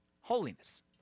holiness